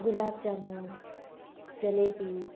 गुलाब jamun jalebi